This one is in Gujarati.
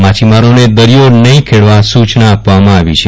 માચ્છીમારોને દરિયો નહી ખેડવા સુચના આપવામાં આવી છે